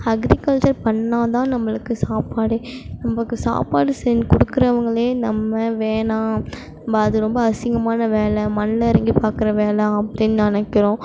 agriculture பண்ணாதான் நம்மளுக்கு சாப்பாடு நம்மளுக்கு சாப்பாடு செஞ்சு கொடுக்குறவுங்ளே நம்ம வேணாம் நம்ம அது ரொம்ப அசிங்கமான வேலை மண் இறங்கி பாக்கிற வேலை அப்படின்னு நினைக்கிறோம்